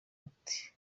ati